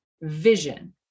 vision